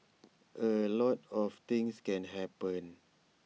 A lot of things can happen